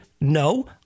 no